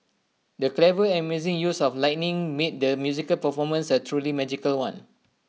the clever and amazing use of lighting made the musical performance A truly magical one